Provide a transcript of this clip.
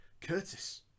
Curtis